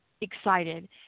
excited